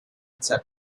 etc